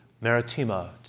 Maritima